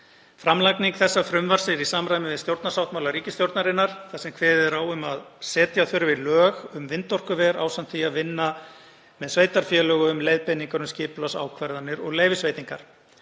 Framlagning þessa frumvarps er í samræmi við stjórnarsáttmála ríkisstjórnarinnar þar sem kveðið er á um að setja þurfi lög um vindorkuver ásamt því að vinna með sveitarfélögum leiðbeiningar um skipulagsákvarðanir og leyfisveitingar.